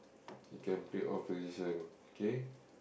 he can play all position okay